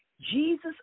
Jesus